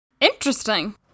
Interesting